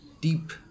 deep